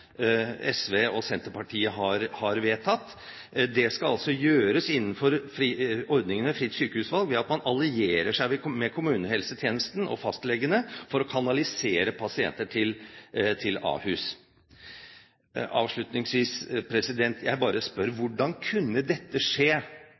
SV og Senterpartiet har vedtatt. Det skal altså gjøres innenfor ordningen «fritt sykehusvalg» ved at man allierer seg med kommunehelsetjenesten og fastlegene for å kanalisere pasienter til Ahus. Avslutningsvis vil jeg bare spørre: